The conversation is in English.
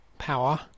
power